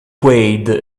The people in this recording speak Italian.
wade